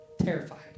terrified